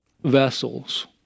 vessels